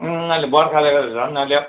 अहिले बर्खाले त झन् अहिले